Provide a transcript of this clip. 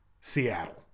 Seattle